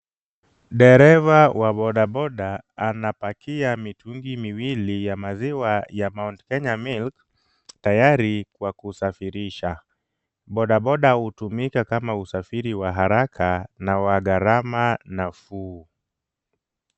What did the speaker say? Dereva wa boda boda anapakia mitungi miwili ya maziwa ya Mount Kenya milk tayari kwa kusafirisha. Bodaboda hutumika kama usafiri wa haraka na wa gharama nafuu.